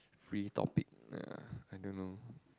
free topic ya I don't know